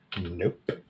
Nope